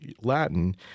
Latin